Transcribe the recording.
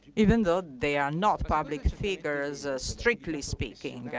even though they are not public figures, strictly speaking.